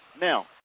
Now